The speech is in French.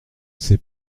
sait